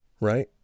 right